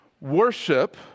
worship